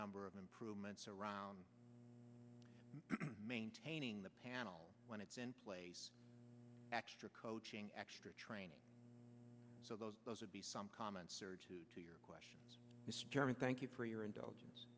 number of improvements around maintaining the panel when it's in place extra coaching extra training so those those would be some comments to your question thank you for your indulgence